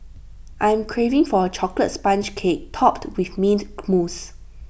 I am craving for A Chocolate Sponge Cake Topped with Mint Mousse